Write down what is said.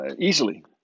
easily